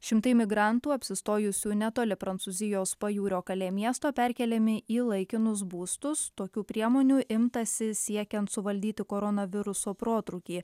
šimtai migrantų apsistojusių netoli prancūzijos pajūrio kalė miesto perkeliami į laikinus būstus tokių priemonių imtasi siekiant suvaldyti koronaviruso protrūkį